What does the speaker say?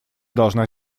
должна